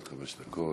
גברתי, עד חמש דקות.